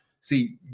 See